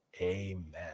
Amen